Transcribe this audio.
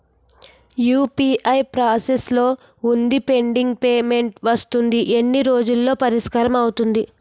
UPI process లో వుందిపెండింగ్ payment వస్తుంది ఎన్ని రోజుల్లో పరిష్కారం అవుతుంది